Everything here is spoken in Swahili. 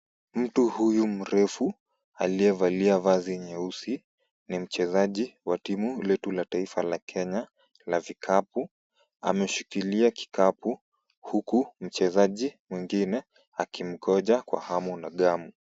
Mtu huyu mrefu aliyevalia vazi nyeusi, ni mchezaji wa timu letu la taifa la Kenya la vikapu. Ameshikilia kikapu huku mchezaji mwingine akimgonja kwa hamu na ghamu.